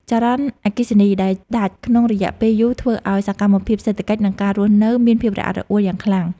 ចរន្តអគ្គិសនីដែលដាច់ក្នុងរយៈពេលយូរធ្វើឱ្យសកម្មភាពសេដ្ឋកិច្ច និងការរស់នៅមានភាពរអាក់រអួលយ៉ាងខ្លាំង។